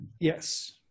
Yes